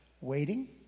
waiting